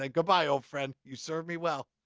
ah goodbye old friend. you served me well!